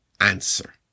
answer